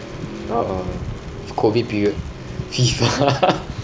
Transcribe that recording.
uh uh COVID period